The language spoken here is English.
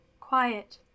Quiet